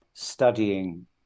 studying